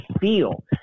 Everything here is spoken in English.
feel